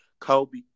Kobe